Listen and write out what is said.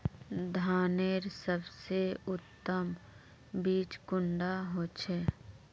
धानेर सबसे उत्तम बीज कुंडा होचए?